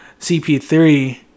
CP3